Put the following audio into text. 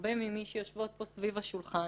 שהרבה ממי שיושבות פה סביב השולחן